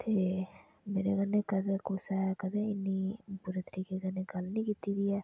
ते मेरे कन्नै कुसै कदें इन्नी बुरे तरीके कन्नै गल्ल नेईं कीती ऐ